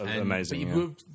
amazing